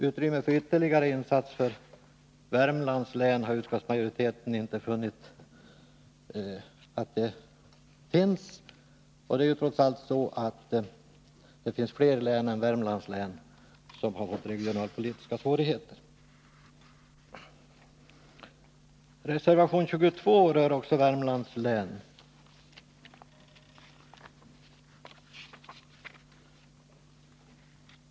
Utrymme för ytterligare insatser för Värmlands län har utskottsmajoriteten inte funnit att det finns. Det är ju trots allt så att fler län än Värmlands län har regionalpolitiska svårigheter. Reservation 22 rör också Värmlands län.